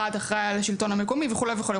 אחד אחראי על השלטון המקומי וכו'.